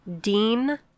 Dean